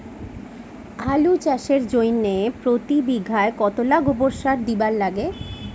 আলু চাষের জইন্যে প্রতি বিঘায় কতোলা গোবর সার দিবার লাগে?